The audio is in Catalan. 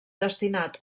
destinat